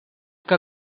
que